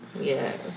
Yes